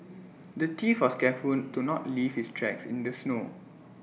the thief was careful to not leave his tracks in the snow